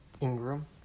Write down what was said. Ingram